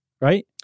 Right